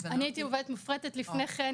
אני הייתי עובדת מופרטת לפני כן.